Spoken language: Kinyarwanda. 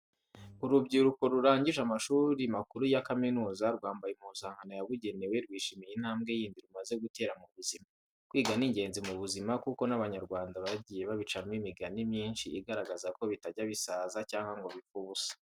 Urubyiruko rurangije amashuri makuru ya kaminuza, rwambaye impuzankano yabugenewe, rwishimiye intambwe yindi rumaze gutera mu buzima. Kwiga ni ingenzi mu buzima kuko n'Abanyarwanda bagiye babicamo imigani myinshi igaragaza ko bitajya bisaza cyangwa ngo bipfe ubusa.